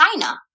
China